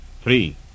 three